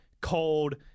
cold